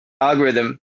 algorithm